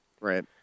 Right